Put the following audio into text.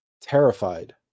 terrified